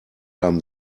haben